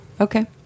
okay